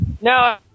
No